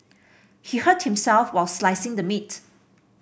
he hurt himself while slicing the meat